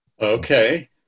Okay